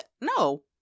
no